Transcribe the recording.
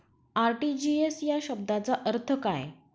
RTGS या शब्दाचा अर्थ काय?